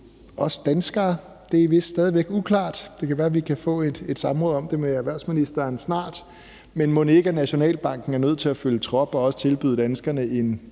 os danskere er vist stadig væk uklart; det kan være, vi snart kan få et samråd om det med erhvervsministeren, men mon ikke Nationalbanken er nødt til at følge trop og også tilbyde danskerne en